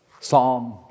Psalm